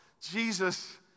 Jesus